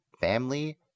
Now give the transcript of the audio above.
family